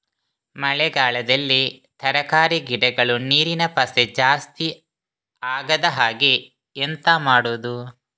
ಮಳೆಗಾಲದಲ್ಲಿ ತರಕಾರಿ ಗಿಡಗಳು ನೀರಿನ ಪಸೆ ಜಾಸ್ತಿ ಆಗದಹಾಗೆ ಎಂತ ಮಾಡುದು?